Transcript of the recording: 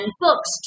books